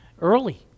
early